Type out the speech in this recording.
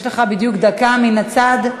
יש לך בדיוק דקה, מן הצד.